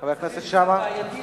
חבר הכנסת שאמה?